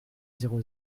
zéro